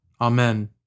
Amen